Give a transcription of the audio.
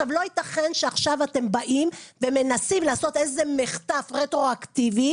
לא יתכן שעכשיו אתם באים ומנסים לעשות איזה מחטף רטרואקטיבי,